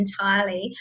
entirely